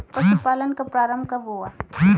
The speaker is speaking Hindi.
पशुपालन का प्रारंभ कब हुआ?